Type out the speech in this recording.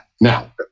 Now